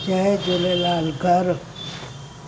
जय झूलेलाल घरु